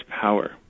power